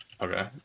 Okay